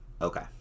Okay